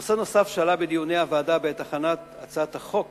נושא נוסף שעלה בדיוני הוועדה בעת הכנת הצעת החוק